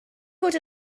fod